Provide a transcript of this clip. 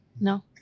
No